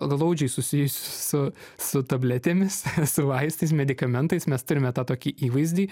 glaudžiai susijus su su tabletėmis su vaistais medikamentais mes turime tą tokį įvaizdį